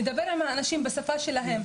נדבר עם האנשים בשפה שלהם,